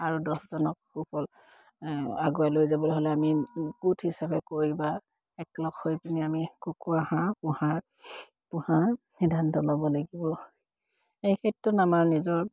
আৰু দহজনক সুফল আগুৱাই লৈ যাবলৈ হ'লে আমি গোট হিচাপে কৰি বা একলগ হৈ পিনি আমি কুকুৰা হাঁহ পোহাৰ সিদ্ধান্ত ল'ব লাগিব এই ক্ষেত্ৰত আমাৰ নিজৰ